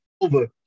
Over